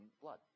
blood